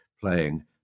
playing